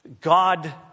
God